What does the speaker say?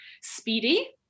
speedy